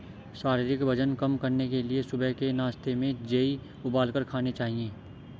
शारीरिक वजन कम करने के लिए सुबह के नाश्ते में जेई उबालकर खाने चाहिए